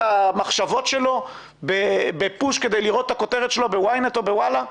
המחשבות שלו בפוש כדי לראות את הכותרת שלו ב-YNET או בוואלה!?